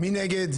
מי נגד?